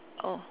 oh